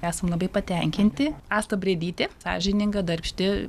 esam labai patenkinti asta breidytė sąžininga darbšti